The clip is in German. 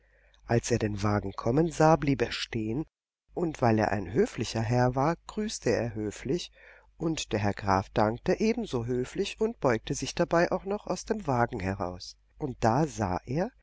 als er den wagen kommen sah blieb er stehen und weil er ein höflicher herr war grüßte er höflich und der herr graf dankte ebenso höflich und beugte sich dabei auch noch aus dem wagen heraus und da sah er